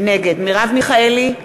נגד מרב מיכאלי,